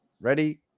Ready